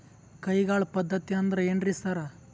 ಕೈಗಾಳ್ ಪದ್ಧತಿ ಅಂದ್ರ್ ಏನ್ರಿ ಸರ್?